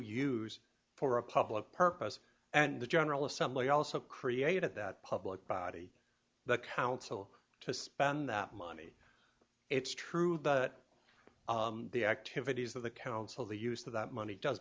use for a public purpose and the general assembly also created that public body the council to spend that money it's true that the activities of the council the use of that money does